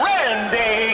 Randy